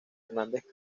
hernández